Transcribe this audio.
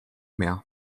mehr